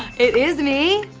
it is me!